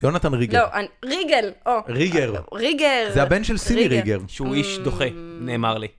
יונתן ריגר, ריגל! ריגר, זה הבן של סימי ריגר שהוא איש דוחה נאמר לי